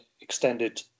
extended